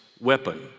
weapon